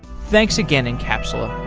thanks again encapsula